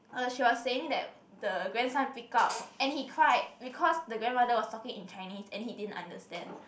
uh she was saying that the grandson pick up and he cried because the grandmother was talking in Chinese and he didn't understand